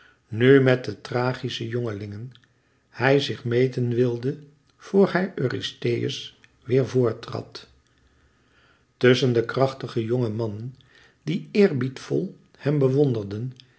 nu met de thrachische jongelingen hij zich meten wilde vor hij eurystheus weêr voor trad tusschen de krachtige jonge mannen die eerbiedvol hem bewonderden